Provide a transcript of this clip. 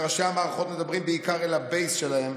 ראשי המערכות מדברים בעיקר אל הבייס שלהם,